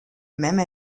même